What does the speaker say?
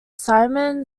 simon